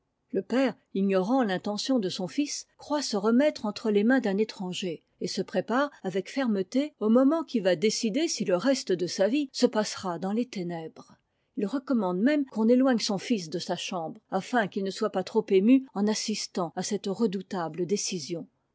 le père ignorant l'intention de son fils croit se remettre entre les mains d'un étranger et se prépare avec fermeté au moment qui va décider si le reste de sa vie se passera dans les ténèbres il recommande même qu'on éteigne son fils de sa chambre afin qu'il ne soit pas trop ému en assistant à cette redoutable décision